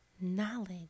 knowledge